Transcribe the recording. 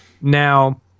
Now